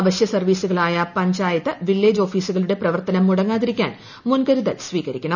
അവശ്യ സർവീസുകളായ പഞ്ചായത്ത് വില്ലേജ് ഓഫീസുകളുടെ പ്രവർത്തനം മുടങ്ങാതിരിക്കാൻ മുൻകരുതൽ സ്വീകരിക്കണം